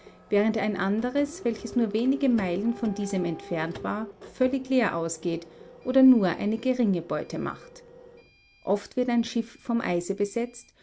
während ein anderes welches nur wenige meilen von diesem entfernt war völlig leer ausgeht oder nur eine geringe beute macht oft wird ein schiff vom eise besetzt